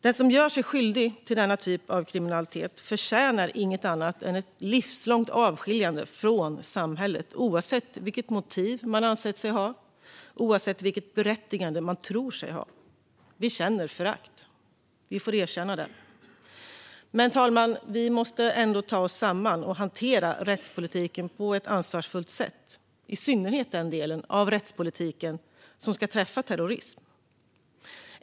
Den som gör sig skyldig till denna typ av kriminalitet förtjänar inget annat än ett livslångt avskiljande från samhället, oavsett vilket motiv man ansett sig ha och vilket berättigande man tror sig ha. Vi känner förakt - vi får erkänna det. Men, fru talman, vi måste ändå ta oss samman och hantera rättspolitiken på ett ansvarsfullt sätt, i synnerhet den del av rättspolitiken som ska träffa terrorism.